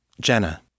Jenna